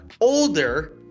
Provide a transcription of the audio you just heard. older